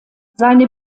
seine